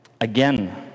Again